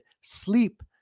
sleep